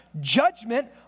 judgment